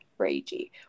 ragey